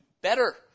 better